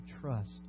trust